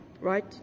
right